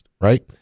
right